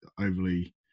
Overly